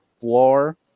floor